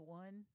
one